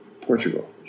Portugal